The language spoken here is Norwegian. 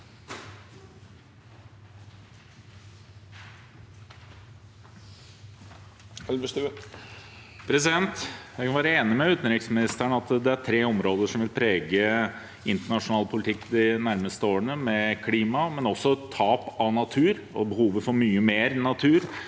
Jeg kan være enig med utenriksministeren i at det er tre områder som vil prege internasjonal politikk de nærmeste årene: klima, men også tap av natur og behovet for mye mer natur,